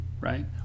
right